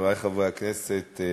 חברי חברי הכנסת,